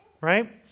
Right